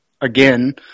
again